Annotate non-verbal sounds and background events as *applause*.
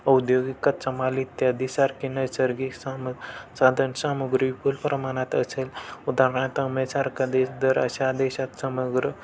औद्योगिक कच्चा माल इत्यादीसारखी नैसर्गिक साम साधन सामुग्री विपुल प्रमाणात असेल उदाहरणार्थ *unintelligible* सारखा देश जर अशा देशात समग्र